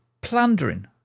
plundering